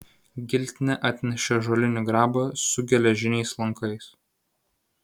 giltinė atnešė ąžuolinį grabą su geležiniais lankais